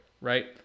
right